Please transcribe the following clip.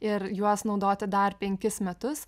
ir juos naudoti dar penkis metus